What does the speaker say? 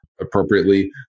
appropriately